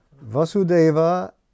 Vasudeva